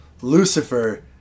Lucifer